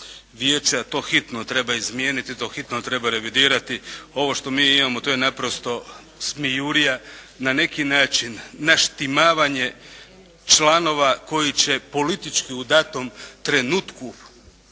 vijeća to hitno treba izmijeniti, to hitno treba revidirati. Ovo što mi imamo to je naprosto smijurija. Na neki način naštimavanje članova koji će politički u datom trenutku